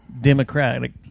Democratic